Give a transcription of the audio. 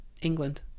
England